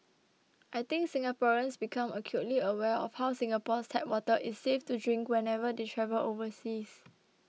I think Singaporeans become acutely aware of how Singapore's tap water is safe to drink whenever they travel overseas